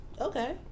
Okay